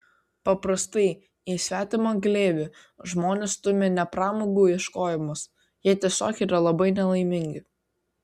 paprastai į svetimą glėbį žmones stumia ne pramogų ieškojimas jie tiesiog yra labai nelaimingi